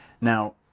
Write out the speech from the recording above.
now